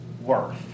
worth